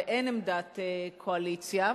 ואין עמדת קואליציה.